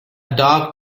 dog